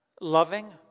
Loving